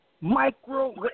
micro